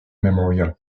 memorial